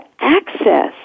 access